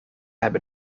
hebben